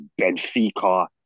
Benfica